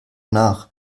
nach